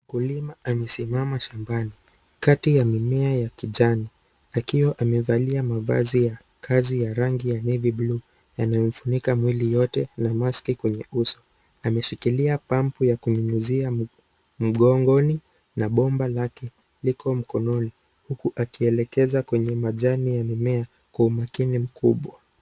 Mkulima amesimama shambani kati ya mimea ya kijani akiwa amevalia mavazi ya rangi ya kazi navy blue yanayomfunika mwili yote na maski kwenye uso ameshikilia pampu ya kunyunyuzia mgongoni na bomba lake liko mkononi huku akielekeza kwenye majani ya mimea kwa umakini mkubwa.